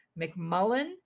McMullen